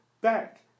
Back